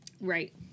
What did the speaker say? Right